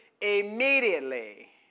immediately